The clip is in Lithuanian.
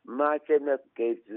matėme kaip